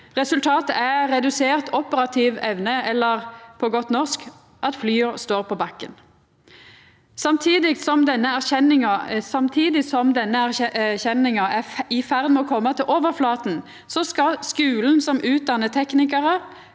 Resultatet er redusert operativ evne, eller sagt på godt norsk: at flya står på bakken. Samtidig som denne erkjenninga er i ferd med å koma til overflata, skal skulen som utdannar teknikarar,